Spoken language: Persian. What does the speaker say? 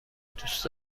دوست